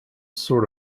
sort